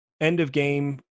end-of-game